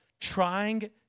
trying